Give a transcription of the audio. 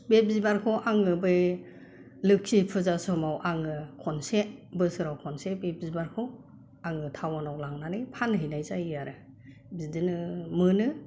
बे बिबारखौ आङो बै लोखि फुजा समाव आङो खनसे बोसोराव खनसे बे बिबारखौ आङो टाउनाव लांनानै फानहैनाय जायो आरो बिदिनो मोनो